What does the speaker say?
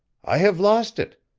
i have lost it!